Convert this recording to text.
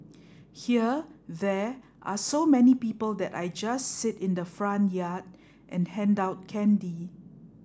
here there are so many people that I just sit in the front yard and hand out candy